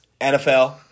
NFL